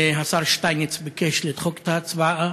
השר שטייניץ ביקש לדחות את ההצבעה,